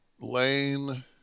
Lane